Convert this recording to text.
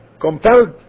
compelled